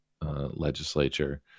legislature